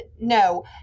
no